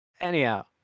Anyhow